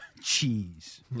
Cheese